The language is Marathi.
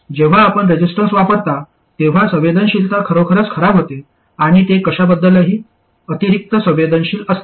जेव्हा आपण रेसिस्टन्स वापरता तेव्हा संवेदनशीलता खरोखरच खराब होते आणि ते कशाबद्दलही अतिरिक्त संवेदनशील असते